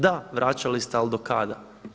Da, vraćali ste, ali do kada?